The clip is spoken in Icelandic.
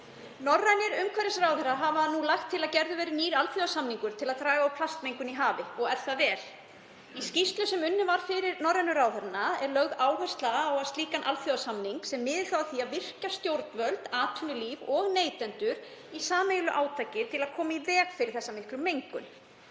Norrænir umhverfisráðherrar hafa nú lagt til að gerður verði nýr alþjóðasamningur til að draga úr plastmengun í hafi og er það vel. Í skýrslu sem unnin var fyrir norrænu ráðherrana er lögð áhersla á slíkan alþjóðasamning sem miðar þá að því að virkja stjórnvöld, atvinnulíf og neytendur í sameiginlegu átaki til að koma í veg fyrir þessa miklu mengun